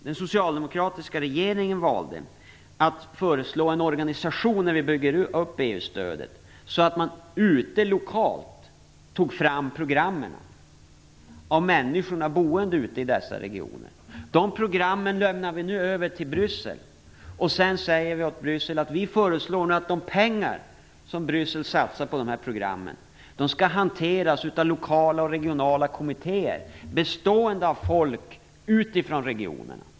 Den socialdemokratiska regeringen valde att föreslå att människorna som bor i dessa regioner lokalt skulle ta fram programmen när vi bygger upp EU stödet. De programmen lämnar vi nu över till Bryssel. Sedan säger vi till Bryssel att vi föreslår att de pengar som Bryssel satsar på de här programmen skall hanteras av lokala och regionala kommittéer, bestående av människor från regionerna.